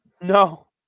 No